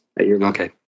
Okay